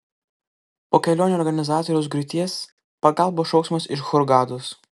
po kelionių organizatoriaus griūties pagalbos šauksmas iš hurgados